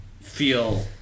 feel